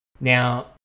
now